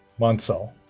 munsell